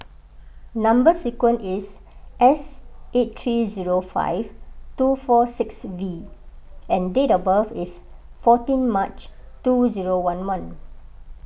Number Sequence is S eight three zero five two four six V and date of birth is fourteen March two zero one one